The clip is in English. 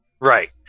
Right